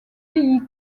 pays